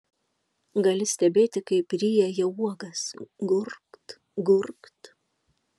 gali stebėti kaip ryja jie uogas gurkt gurkt